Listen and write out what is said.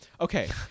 Okay